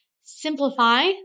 Simplify